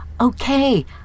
Okay